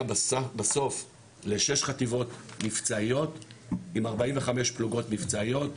בסוף לשש חטיבות מבצעיות עם 45 פלוגות מבצעיות,